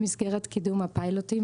במסגרת קידום הפיילוטים,